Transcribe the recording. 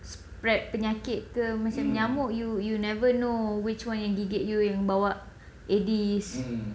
spread penyakit ke macam nyamuk you you never know which one yang gigit you yang bawa aedes